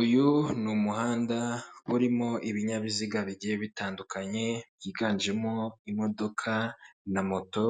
Uyu ni umuhanda urimo ibinyabiziga bigiye bitandukanye byiganjemo imodoka na moto